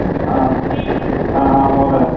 हा हा हा महोदय